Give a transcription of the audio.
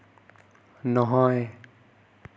নহয়